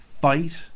fight